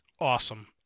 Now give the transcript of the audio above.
Awesome